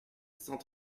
cent